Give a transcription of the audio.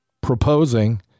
proposing